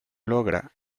logra